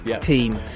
team